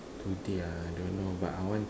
today ah I don't know but I want